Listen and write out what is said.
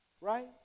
Right